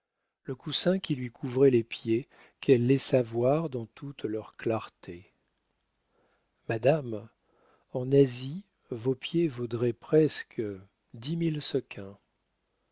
le coussin qui lui couvrait les pieds qu'elle laissa voir dans toute leur clarté madame en asie vos pieds vaudraient presque dix mille sequins